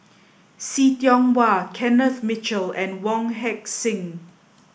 see Tiong Wah Kenneth Mitchell and Wong Heck Sing